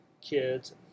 kids